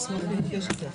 הישיבה